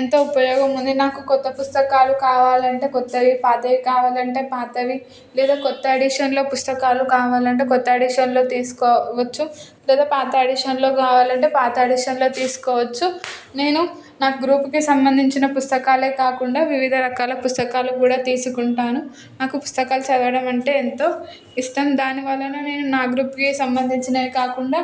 ఎంతో ఉపయోగం ఉంది నాకు కొత్త పుస్తకాలు కావాలంటే కొత్తవి పాతవి కావాలంటే పాతవి లేదా కొత్త ఎడిషన్లో పుస్తకాలు కావాలంటే కొత్తవి ఎడిషన్లో తీసుకోవచ్చు లేదా పాత ఎడిషన్లో కావాలంటే పాత ఎడిషన్లో తీసుకోవచ్చు నేను నాకు గ్రూప్కి సంబంధించిన పుస్తకాలే కాకుండా వివిధ రకాల పుస్తకాలు కూడా తీసుకుంటాను నాకు పుస్తకాలు చదవడం అంటే ఎంతో ఇష్టం దాని వలన నేను నా గ్రూప్వి సంబంధించినవి కాకుండా